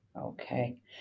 Okay